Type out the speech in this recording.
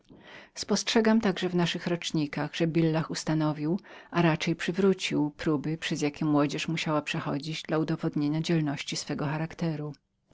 spostrzegam także w naszych rocznikach że billah ustanowił a raczej przywrócił próby przez jakie młodzież musiała przechodzić dla udowodnienia dzielności swego charakteru